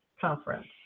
conference